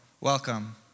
welcome